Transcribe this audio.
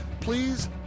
please